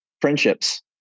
friendships